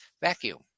Vacuum